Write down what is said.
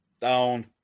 down